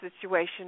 situation